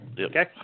Okay